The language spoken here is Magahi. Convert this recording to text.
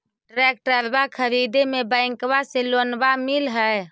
ट्रैक्टरबा खरीदे मे बैंकबा से लोंबा मिल है?